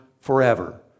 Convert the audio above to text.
forever